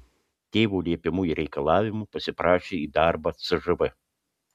tėvo liepimu ir reikalavimu pasiprašė į darbą cžv